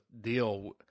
deal –